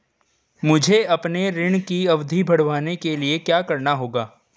मुझे अपने ऋण की अवधि बढ़वाने के लिए क्या करना होगा?